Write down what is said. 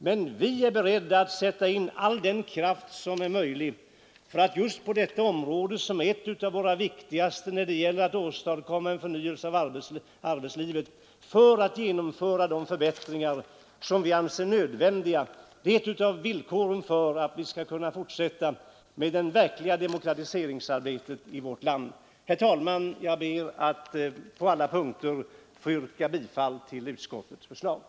Men vi är beredda att sätta in alla krafter som är möjliga för att just på detta område, som är ett av våra viktigaste när det gäller att åstadkomma en förnyelse av arbetslivet, genomföra de förbättringar som vi anser nödvändiga. Det är ett av villkoren för att vi skall kunna fortsätta med det verkliga demokratiseringsarbetet i vårt land. Herr talman! Jag ber att på alla punkter få yrka bifall till utskottets hemställan.